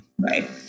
Right